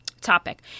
topic